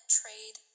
trade